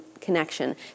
connection